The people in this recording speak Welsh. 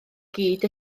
gyd